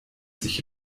sich